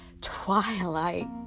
twilight